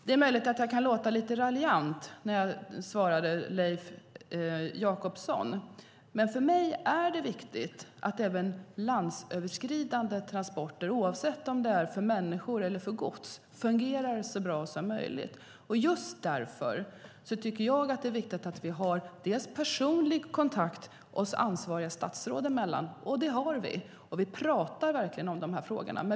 Det är möjligt att jag lät lite raljant när jag svarade Leif Jakobsson, men för mig är det viktigt att även landsöverskridande transporter, oavsett om de är för människor eller för gods, fungerar så bra som möjligt. Just därför är det viktigt att det finns en personlig kontakt oss ansvariga statsråd emellan. Det har vi, och vi pratar verkligen om dessa frågor.